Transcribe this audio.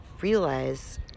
realize